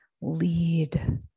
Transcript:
lead